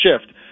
shift